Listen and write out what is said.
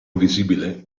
invisibile